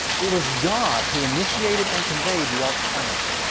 it was god who initiated and conveyed the ark's plans.